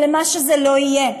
או למה שזה לא יהיה.